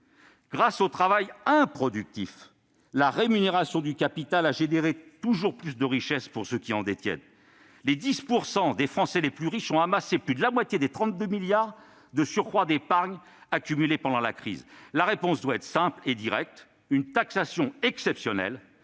Grâce au travail improductif, la rémunération du capital a engendré toujours plus de richesses pour ceux qui en détiennent : les 10 % des Français les plus riches ont amassé plus de la moitié des 32 milliards d'euros de surcroît d'épargne accumulée pendant la crise. La réponse doit être simple et directe, à savoir une taxation exceptionnelle